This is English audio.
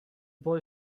boy